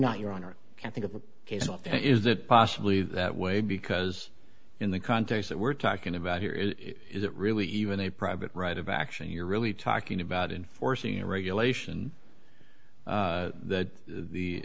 not your honor i can think of a case not that is that possibly that way because in the context that we're talking about here is it really even a private right of action you're really talking about enforcing a regulation that the